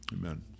Amen